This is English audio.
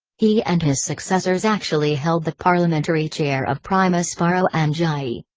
he and his successors actually held the parliamentary chair of primus baro angiae.